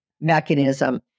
mechanism